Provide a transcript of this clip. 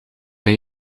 bij